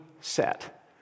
set